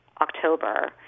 October